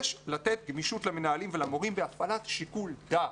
יש לתת למנהלים ולמורים גמישות בהפעלת שיקול דעת.